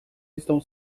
estão